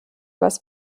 was